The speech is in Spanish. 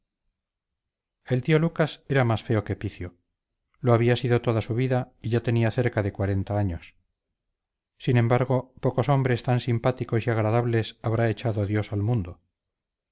el tío lucas era más feo que picio lo había sido toda su vida y ya tenía cerca de cuarenta años sin embargo pocos hombres tan simpáticos y agradables habrá echado dios al mundo